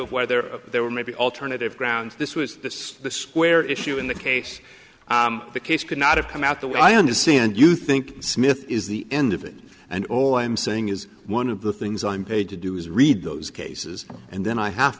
of whether there were maybe alternative grounds this was the square issue in that case the case could not have come out the way i understand you think smith is the end of it and all i'm saying is one of the things i'm paid to do is read those cases and then i have